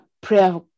prayer